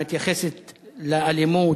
מתייחסת לאלימות,